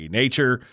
nature